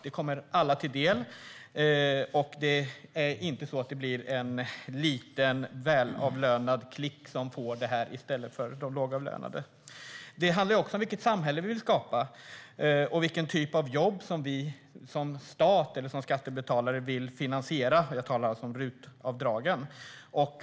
De kommer alla till del, och det blir inte en liten välavlönad klick som får del av dem i stället för de lågavlönade. Det här handlar om vilket samhälle vi vill skapa och vilken typ av jobb som vi som stat eller skattebetalare vill finansiera. Jag talar alltså om RUT-avdragen.